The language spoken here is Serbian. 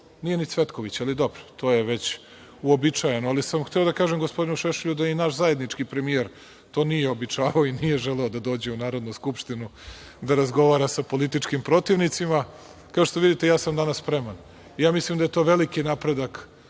nije ni Cvetković, to je već uobičajan, ali sam hteo da kažem gospodinu Šešelju da je i naš zajednički premijer to nije uobičavao i nije želeo dođe u Narodnu skupštinu da razgovara sa političkim protivnicima. Kao što vidite, danas sam spreman i mislim da je to veliki napredak